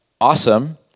awesome